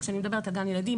וכשאני מדברת על גן ילדים,